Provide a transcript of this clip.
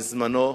בזמנו,